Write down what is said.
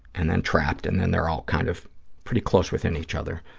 and then trapped, and then they're all kind of pretty close within each other.